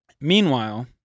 Meanwhile